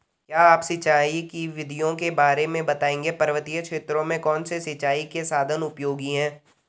क्या आप सिंचाई की विधियों के बारे में बताएंगे पर्वतीय क्षेत्रों में कौन से सिंचाई के साधन उपयोगी हैं?